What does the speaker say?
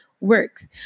works